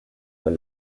were